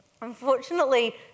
Unfortunately